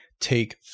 take